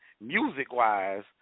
music-wise